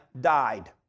died